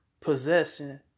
possession